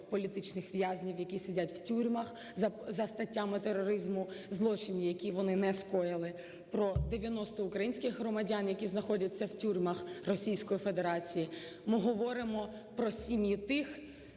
про 32 політичних в'язнів, які сидять в тюрмах за статтями тероризму, за злочини, які вони не скоїли, про 90 українських громадян, які знаходяться в тюрмах Російської Федерації. Ми говоримо про сім'ї тих,